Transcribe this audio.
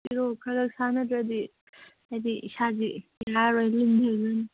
ꯑꯩꯔꯣ ꯈꯔ ꯁꯥꯟꯅꯗ꯭ꯔꯗꯤ ꯍꯥꯏꯕꯗꯤ ꯏꯁꯥꯒꯤ